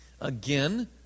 Again